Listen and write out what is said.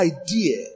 idea